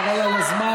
חבל על הזמן.